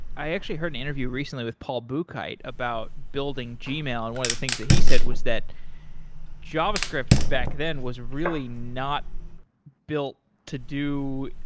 i actually heard an interview recently with paul buchheit about building gmail, and one of the things that he said was that javascript back then was really not built to do